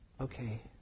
okay